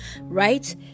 right